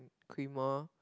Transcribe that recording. creamer